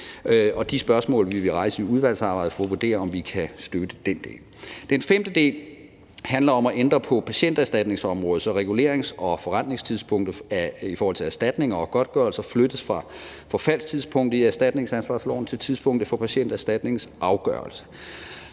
og de spørgsmål vil vi rejse i udvalgsarbejdet for at vurdere, om vi kan støtte den del. Den femte del handler om at ændre på patienterstatningsområdet, så regulerings- og forrentningstidspunktet i forhold til erstatninger og godtgørelser flyttes fra forfaldstidspunktet i erstatningsansvarsloven til tidspunktet for Patienterstatningens afgørelse,